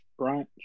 brunch